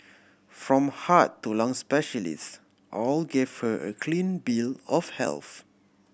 from heart to lung specialist all gave her a clean bill of health